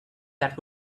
that